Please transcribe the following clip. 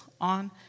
on